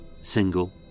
single